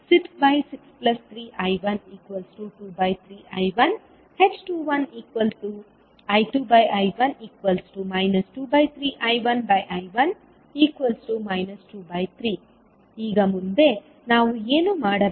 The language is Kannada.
ನೀವು I2663I123I1 h21I2I1 23I1I1 23 ಈಗ ಮುಂದೆ ನಾವು ಏನು ಮಾಡಬೇಕು